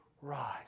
rise